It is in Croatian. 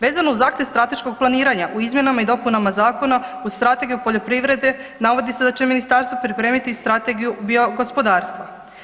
Vezano uz zahtjev strateškog planiranja u izmjenama i dopunama Zakona u Strategiju poljoprivrede navodi se da će Ministarstvo pripremiti Strategiju bio gospodarstva.